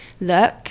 look